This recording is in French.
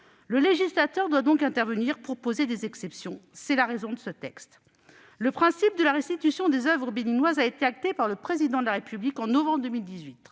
Le législateur doit donc intervenir pour poser des exceptions : c'est la raison de ce texte. Le principe de la restitution des oeuvres béninoises a été acté par le Président de la République en novembre 2018.